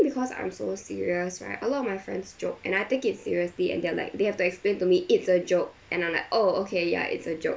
because I'm so serious right a lot of my friends joke and I take it seriously and they're like they have to explain to me it's a joke and I'm like oh okay ya it's a joke